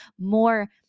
more